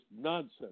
nonsense